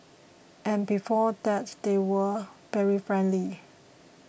and before that they were very friendly